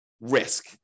risk